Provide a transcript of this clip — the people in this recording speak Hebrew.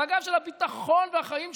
על הגב של הביטחון והחיים שלהם,